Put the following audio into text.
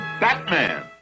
Batman